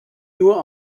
nur